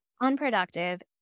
unproductive